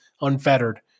unfettered